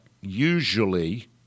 usually